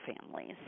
families